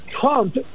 Trump